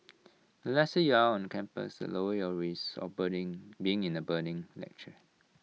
the lesser you are on campus the lower your risk of burning being in A burning lecture